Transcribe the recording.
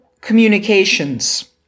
Communications